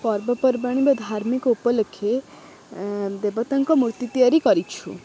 ପର୍ବପର୍ବାଣି ବା ଧାର୍ମିକ ଉପଲକ୍ଷେ ଦେବତାଙ୍କ ମୂର୍ତ୍ତି ତିଆରି କରିଛୁ